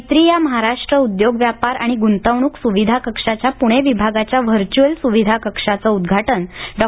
मैत्री या महाराष्ट्र उद्योग व्यापार आणि ग्रंतवण्क सुविधा कक्षाच्या पुणे विभागाच्या व्हर्चुअल सुविधा कक्षाचं उद्घाटन डॉ